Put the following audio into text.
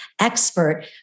expert